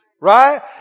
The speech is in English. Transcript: Right